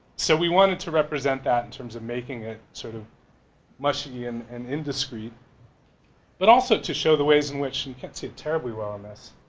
so we wanted to represent that in terms of making it sort of mushy and and indiscreet but also to show the ways in which you and can't see it terribly well on this.